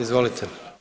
Izvolite.